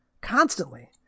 Constantly